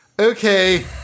Okay